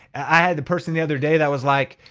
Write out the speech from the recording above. i had the person the other day that was like,